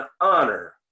honor